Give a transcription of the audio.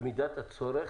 במידת הצורך,